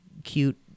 cute